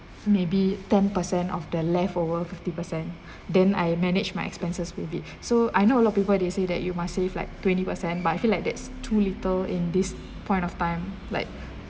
maybe ten percent of the leftover fifty percent then I manage my expenses with it so I know a lot people they say that you must save like twenty percent but I feel like that's too little in this point of time like